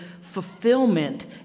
fulfillment